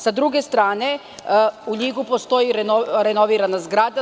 S druge strane, u Ljigu postoji renovirana zgrada.